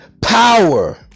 power